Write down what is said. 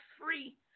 free